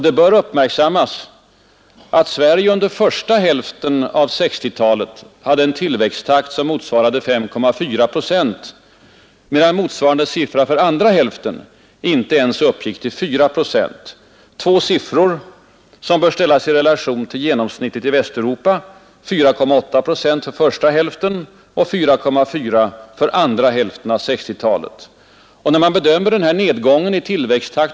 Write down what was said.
Det bör uppmärksammas, att Sverige under första hälften av 1960-talet hade en tillväxttakt, som motsvarade 5,4 procent, medan motsvarande siffra för andra hälften inte ens uppgick till 4 procent, tvenne siffror som bör ställas i relation till genomsnittet i Västeuropa, 4,8 procent för första hälften och 4,4 procent för andra hälften av 1960-talet.